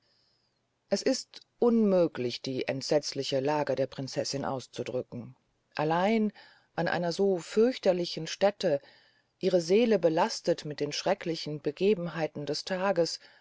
es ist unmöglich die entsetzliche lage der prinzessin auszudrücken allein an einer so fürchterlichen stäte ihre seele belastet mit den schrecklichen begebenheiten des tages